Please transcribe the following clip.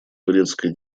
турецкой